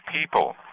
people